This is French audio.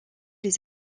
les